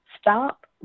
stop